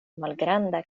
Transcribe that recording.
malgranda